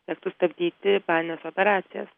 tektų stabdyti planines operacijas